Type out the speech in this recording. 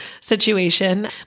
situation